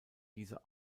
diese